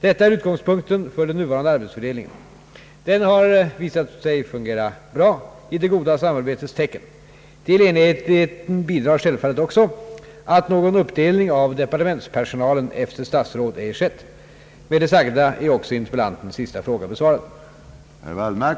Detta är utgångspunkten för den nuvarande arbetsfördelningen. Den har visat sig fungera bra i det goda samarbetets tecken. Till enhetligheten bidrar självfallet också att någon uppdelning av departementspersonalen efter statsråd ej skett. Med det sagda är också interpellantens sista fråga besvarad.